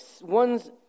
One's